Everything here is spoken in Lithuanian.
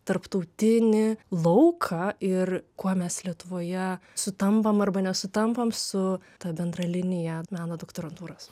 tarptautinį lauką ir kuo mes lietuvoje sutampam arba nesutampam su ta bendra linija meno doktorantūros